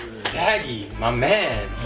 saggy. my man!